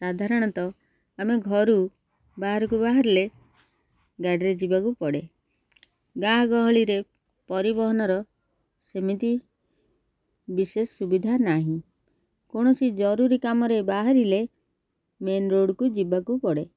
ସାଧାରଣତଃ ଆମେ ଘରୁ ବାହାରକୁ ବାହାରିଲେ ଗାଡ଼ିରେ ଯିବାକୁ ପଡ଼େ ଗାଁ ଗହଳିରେ ପରିବହନର ସେମିତି ବିଶେଷ ସୁବିଧା ନାହିଁ କୌଣସି ଜରୁରୀ କାମରେ ବାହାରିଲେ ମେନ୍ ରୋଡ଼କୁ ଯିବାକୁ ପଡ଼େ